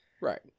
Right